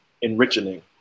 enriching